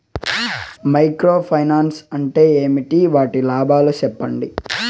Micro finance అంటే ఏమి? వాటి లాభాలు సెప్పండి?